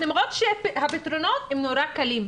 למרות שהפתרונות נורא קלים,